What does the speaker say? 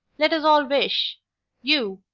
let us all wish you,